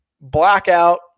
Blackout